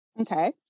Okay